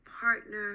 partner